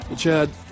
Chad